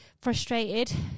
frustrated